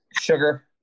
sugar